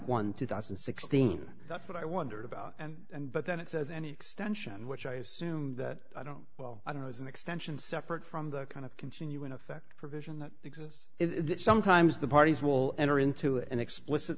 one two thousand and sixteen that's what i wondered about and but then it says any extension which i assume that i don't well i don't know is an extension separate from the kind of continuing effect provision that exists it sometimes the parties will enter into an explicit